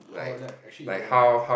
or like actually he do one how